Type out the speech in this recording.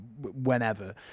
whenever